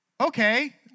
Okay